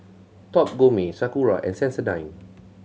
Top Gourmet Sakura and Sensodyne